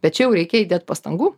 bet čia jau reikia įdėt pastangų